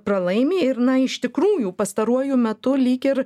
pralaimi ir na ištikrųjų pastaruoju metu lyg ir